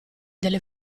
delle